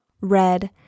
Red